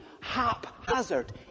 haphazard